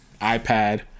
iPad